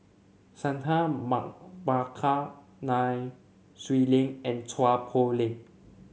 Santha Bhaskar Nai Swee Leng and Chua Poh Leng